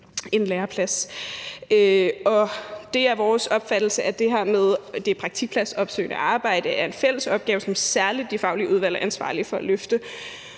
en læreplads. Det er vores opfattelse, at det her med det praktikpladsopsøgende arbejde er en fælles opgave, som særlig de faglige udvalg er ansvarlige for at løfte,